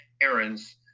parents